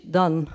done